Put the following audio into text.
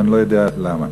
ואני לא יודע למה.